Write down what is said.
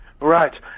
Right